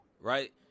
right